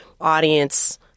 audience